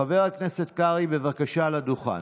חבר הכנסת קרעי, בבקשה, לדוכן.